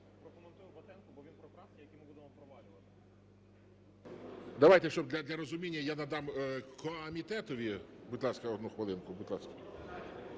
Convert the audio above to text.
Давайте, щоб для розуміння, я надам комітетові. Будь ласка, одну хвилинку,